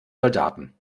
soldaten